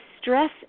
stress